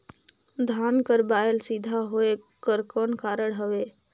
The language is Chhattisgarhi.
धान कर बायल सीधा होयक कर कौन कारण हवे?